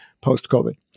post-COVID